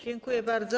Dziękuję bardzo.